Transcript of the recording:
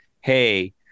hey